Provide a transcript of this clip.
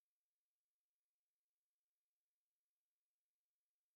הדיסק האופטי Optic Disk – נקודה על